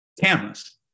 cameras